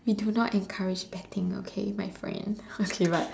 I do not encourage betting okay my friends okay but